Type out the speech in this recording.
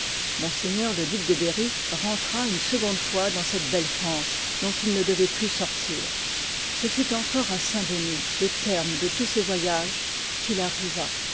m le duc juillet de berry rentra une seconde fois dans cette belle france dont il ne devoit plus sortir ce fut encore à saint-denis le terme de tous ses voyages qu'il arriva